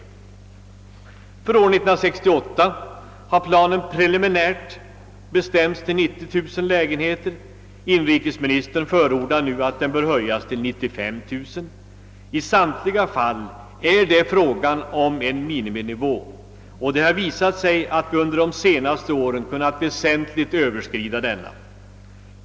För år 1968 har planen preliminärt bestämts till 90 000 lägenheter. Inrikesministern för ordar att den höjs till 95 000. I samtliga fall är det fråga om en miniminivå, och det har visat sig att vi under de senaste åren har kunnat väsentligt överskrida denna.